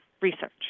research